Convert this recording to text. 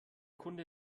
kunde